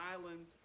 island